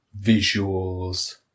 visuals